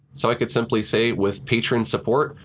so i could simply say with patreon support,